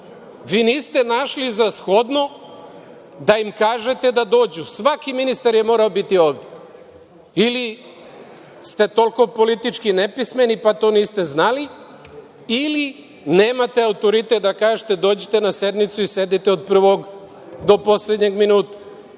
Vi niste našli za shodno da im kažete da dođu. Svaki ministar je morao biti ovde ili ste toliko politički nepismeni, pa to niste znali ili nemate autoritet da kažete – dođite na sednicu i sedite od prvog do poslednjeg minuta. Imajući